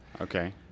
Okay